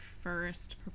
first